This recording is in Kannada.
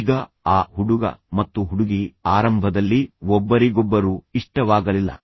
ಈಗ ಆ ಹುಡುಗ ಮತ್ತು ಹುಡುಗಿ ಆರಂಭದಲ್ಲಿ ಒಬ್ಬರಿಗೊಬ್ಬರು ಇಷ್ಟವಾಗಲಿಲ್ಲ